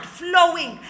flowing